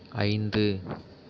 ஐந்து